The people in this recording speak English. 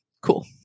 cool